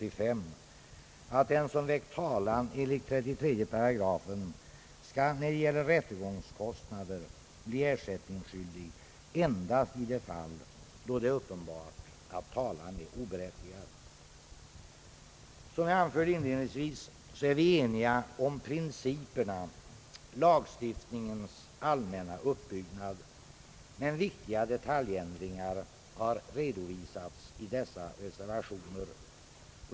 Som jag anförde inledningsvis är vi eniga om principerna, lagstiftningens allmänna uppbyggnad, men viktiga detaljändringar har redovisats i reservationerna.